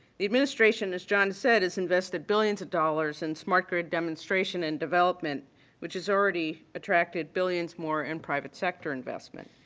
the administration, as john said, has invested billions of dollars in smart grid demonstration and development which has already attracted billions more in private sector investment.